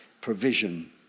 provision